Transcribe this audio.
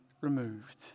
removed